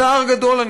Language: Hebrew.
בצער גדול,